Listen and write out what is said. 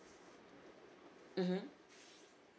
mmhmm